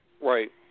Right